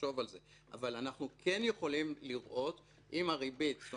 אבל אנחנו כן יכולים לראות אם הריבית על